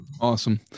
Awesome